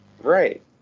Right